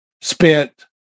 spent